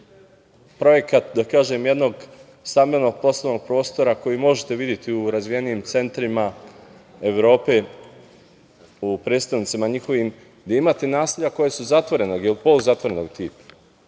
projekat jednog stambeno-poslovnog prostora koje možete videti u razvijenijim centrima Evrope, u prestonicama njihova, a gde imate naselja koja su zatvorenog ili poluzatvorenog tipa.